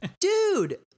dude